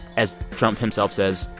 as trump himself says,